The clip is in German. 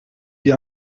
die